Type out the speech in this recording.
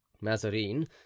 mazarin